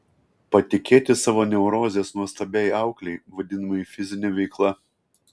patikėti savo neurozes nuostabiai auklei vadinamai fizine veikla